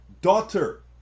daughter